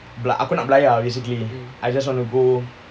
aku nak belayar basically I just want to go